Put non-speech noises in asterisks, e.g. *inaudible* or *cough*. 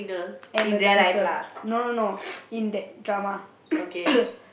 and a dancer no no no in that drama *coughs*